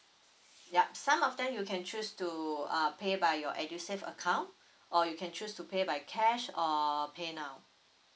yup some of them you can choose to uh pay by your EDUSAVE account or you can choose to pay by cash or pay now